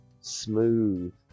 smooth